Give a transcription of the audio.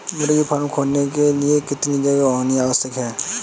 मुर्गी फार्म खोलने के लिए कितनी जगह होनी आवश्यक है?